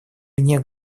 мне